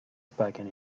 spoken